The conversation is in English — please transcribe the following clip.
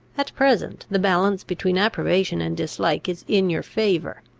at present, the balance between approbation and dislike is in your favour.